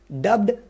Dubbed